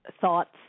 thoughts